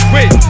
Wait